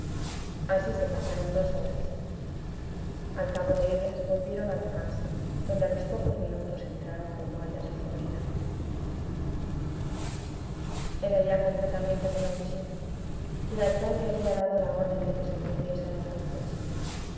así se pasaron dos horas al cabo de ellas volvieron a la casa donde a los pocos minutos entraron romualda y su sobrina era ya completamente de noche y el alcalde había dado la orden de que se encendiesen las luces